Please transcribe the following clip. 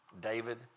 David